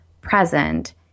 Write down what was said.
present